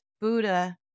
Buddha